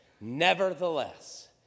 Nevertheless